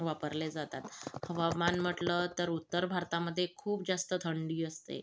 वापरले जातात हवामान म्हटलं तर उत्तर भारतामध्ये खूप जास्त थंडी असते